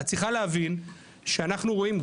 את צריכה להבין שאנחנו רואים,